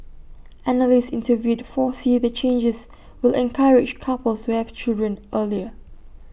analysts interviewed foresee the changes will encourage couples to have children earlier